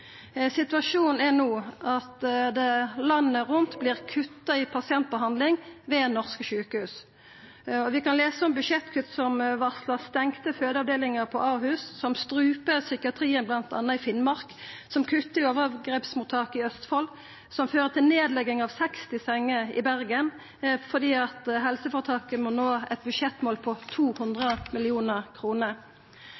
Situasjonen er no at det landet rundt vert kutta i pasientbehandling ved norske sjukehus. Vi kan lesa om budsjettkutt som varslar stengde fødeavdelingar på Ahus, som struper psykiatrien bl.a. i Finnmark, som kuttar i overgrepsmottak i Østfold, og som fører til nedlegging av 60 senger i Bergen fordi helseføretaket må nå eit budsjettmål på